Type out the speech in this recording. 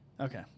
Okay